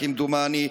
כמדומני.